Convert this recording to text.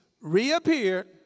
reappeared